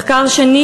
מחקר שני,